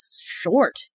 short